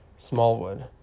Smallwood